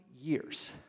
years